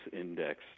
Index